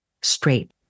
straight